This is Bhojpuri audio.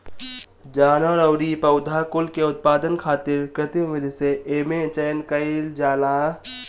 जानवर अउरी पौधा कुल के उत्पादन खातिर कृत्रिम विधि से एमे चयन कईल जाला